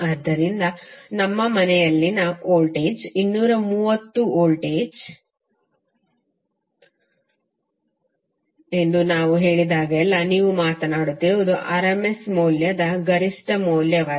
ಆದ್ದರಿಂದ ನಮ್ಮ ಮನೆಯಲ್ಲಿನ ವೋಲ್ಟೇಜ್ 230 ವೋಲ್ಟ್ ಎಂದು ನಾವು ಹೇಳಿದಾಗಲೆಲ್ಲಾ ನೀವು ಮಾತನಾಡುತ್ತಿರುವುದು rms ಮೌಲ್ಯದ ಗರಿಷ್ಠ ಮೌಲ್ಯವಲ್ಲ